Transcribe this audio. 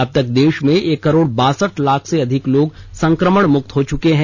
अब तक देश में एक करोड़ बासठ लाख से अधिक लोग संक्रमणमुक्त हो चुके हैं